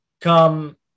come